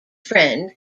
friend